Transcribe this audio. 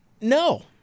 no